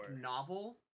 novel